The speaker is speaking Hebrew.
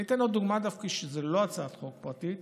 אני אתן עוד דוגמה שהיא דווקא לא הצעת חוק פרטית